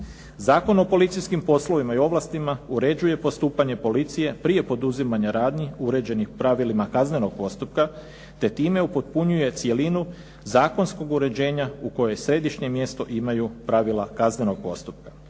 Zakon o policijskim poslovima i ovlastima uređuje postupanje policije prije poduzimanja radnji uređenih pravilima kaznenog postupka te time upotpunjuje cjelinu zakonskog uređenja u kojoj središnje mjesto imaju pravila kaznenog postupka.